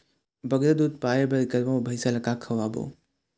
बगरा दूध पाए बर गरवा अऊ भैंसा ला का खवाबो?